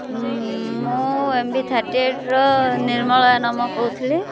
ମୁଁ M B thirty ଏଇଟ୍ର ନିର୍ମଳୟ ନାମ କହୁଥିଲି